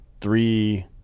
three